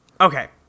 Okay